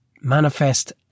Manifest